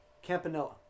Campanella